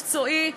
מקצועי,